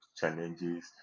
challenges